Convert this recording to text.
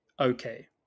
okay